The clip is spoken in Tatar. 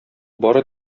бары